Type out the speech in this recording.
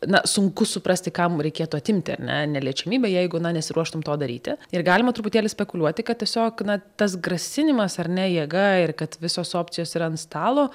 na sunku suprasti kam reikėtų atimti ar ne neliečiamybę jeigu na nesiruoštum to daryti ir galima truputėlį spekuliuoti kad tiesiog na tas grasinimas ar ne jėga ir kad visos opcijos yra ant stalo